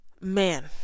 man